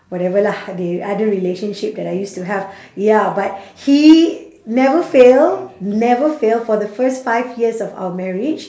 whatever lah the other relationship that I used to have ya but he never fail never fail for the first five years of our marriage